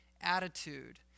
attitude